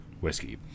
whiskey